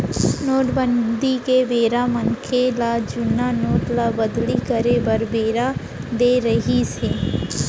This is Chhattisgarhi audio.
नोटबंदी के बेरा मनसे ल जुन्ना नोट ल बदली करे बर बेरा देय रिहिस हे